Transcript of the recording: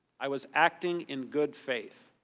i was acting in good faith.